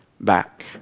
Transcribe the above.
back